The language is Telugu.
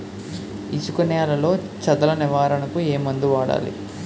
ఇసుక నేలలో చదల నివారణకు ఏ మందు వాడాలి?